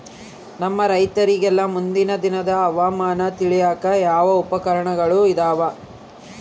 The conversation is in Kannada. ನಮ್ಮ ರೈತರಿಗೆಲ್ಲಾ ಮುಂದಿನ ದಿನದ ಹವಾಮಾನ ತಿಳಿಯಾಕ ಯಾವ ಉಪಕರಣಗಳು ಇದಾವ?